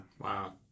Wow